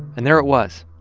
and there it was.